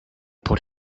put